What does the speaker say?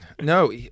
No